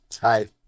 Hi